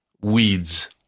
weeds